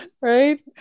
right